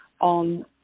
on